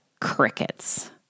crickets